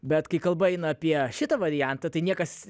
bet kai kalba eina apie šitą variantą tai niekas